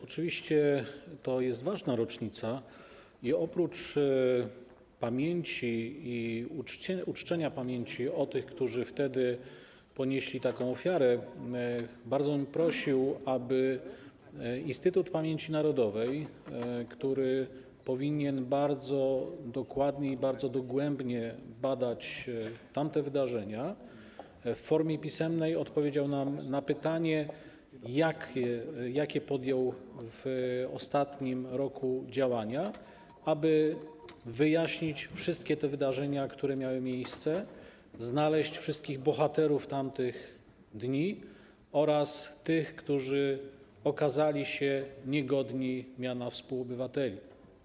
Oczywiście to jest ważna rocznica i oprócz uczczenia pamięci tych, którzy wtedy ponieśli taką ofiarę, bardzo bym prosił, aby Instytut Pamięci Narodowej, który powinien bardzo dokładnie i bardzo dogłębnie badać tamte wydarzenia, w formie pisemnej odpowiedział nam na pytanie, jakie podjął w ostatnim roku działania, aby wyjaśnić wszystkie te wydarzenia, które miały miejsce, znaleźć wszystkich bohaterów tamtych dni oraz tych, którzy okazali się niegodni miana współobywateli.